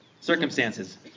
circumstances